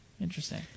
Interesting